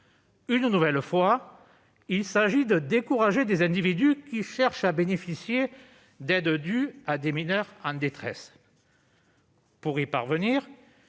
Une nouvelle fois, il s'agit de décourager des individus qui cherchent à bénéficier d'aides dues à des mineurs en détresse. Pour y parvenir,